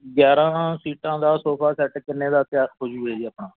ਗਿਆਰ੍ਹਾਂ ਸੀਟਾਂ ਦਾ ਸੋਫਾ ਸੈੱਟ ਕਿੰਨੇ ਦਾ ਤਿਆਰ ਹੋ ਜਾਵੇਗਾ ਜੀ ਆਪਣਾ